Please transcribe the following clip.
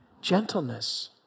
Gentleness